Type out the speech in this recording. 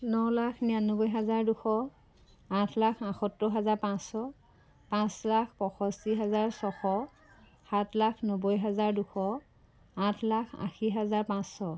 ন লাখ নিৰান্নব্বৈ হাজাৰ দুশ আঠ লাখ বাসত্তৰ হাজাৰ পাঁচশ পাঁচ লাখ পষষ্ঠি হাজাৰ ছশ সাত লাখ নব্বৈ হাজাৰ দুশ আঠ লাখ আশী হাজাৰ পাঁচশ